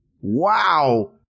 Wow